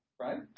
right